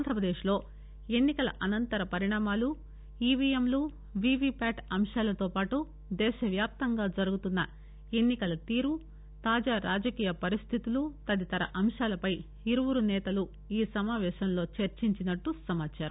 ఆంధ్రాపదేశ్లో ఎన్నికల అనంతర పరిణామాలు ఈవీఎంలు వీవీప్యాట్ అంశాలతో పాటు దేశవ్యాప్తంగా జరుగుతున్న ఎన్నికల తీరు తాజా రాజకీయ పరిస్థితులు తదితర అంశాలపై ఇరువురు నేతలు ఈ సమావేశంలో చర్చించినట్లు సమాచారం